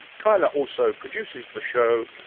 kyla also produces the show,